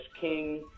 king